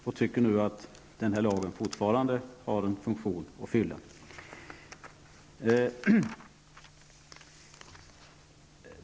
Vi tycker att lagen alltjämt har en funktion att fylla.